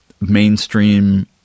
mainstream